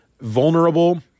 vulnerable